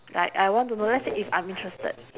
like I want to know let's say if I'm interested